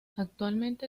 actualmente